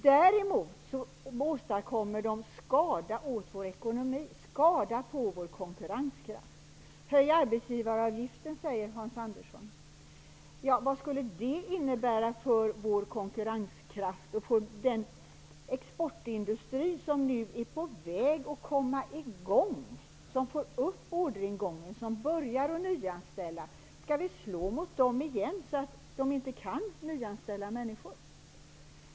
Däremot åstadkommer de skada på vår ekonomi och på vår konkurrenskraft. Hans Andersson säger att vi skall höja arbetsgivaravgiften. Vad skulle det innebära för vår konkurrenskraft och för den exportindustri som nu är på väg att komma i gång, öka orderingången och börja nyanställa? Skall vi slå mot denna industri igen, så att det inte kan nyanställas människor?